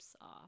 off